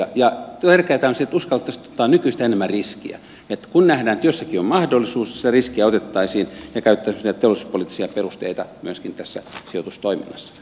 tärkeätä on se että uskallettaisiin ottaa nykyistä enemmän riskiä että kun nähdään että jossakin on mahdollisuus sitä riskiä otettaisiin ja käytettäisiin teollisuuspoliittisia perusteita myöskin tässä sijoitustoiminnassa